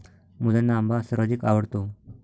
मुलांना आंबा सर्वाधिक आवडतो